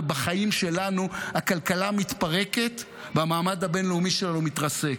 ובחיים שלנו הכלכלה מתפרקת והמעמד הבין-לאומי שלנו מתרסק.